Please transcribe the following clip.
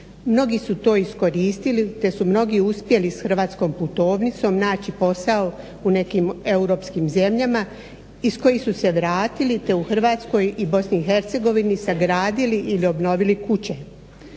Mnogi su to iskoristili, te su mnogi uspjeli s hrvatskom putovnicom naći posao u nekim europskim zemljama iz kojih su se vratili, te u Hrvatskoj i Bosni i Hercegovini sagradili ili obnovili kuće.